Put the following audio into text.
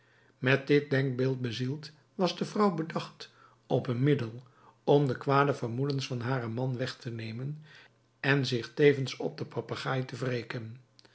met dit denkbeeld bezield was de vrouw bedacht op een middel om de kwade vermoedens van haren man weg te nemen en zich tevens op den papegaai te wreken